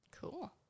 Cool